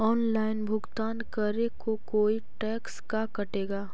Online भुगतान करे को कोई टैक्स का कटेगा?